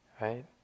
right